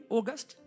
August